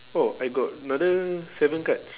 oh I got another seven cards